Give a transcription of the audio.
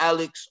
Alex